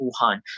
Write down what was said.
Wuhan